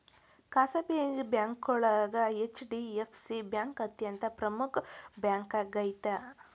ಖಾಸಗಿ ಬ್ಯಾಂಕೋಳಗ HDFC bank ಅತ್ಯಂತ ಪ್ರಮುಖ್ ಬ್ಯಾಂಕಾಗ್ಯದ